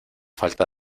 falta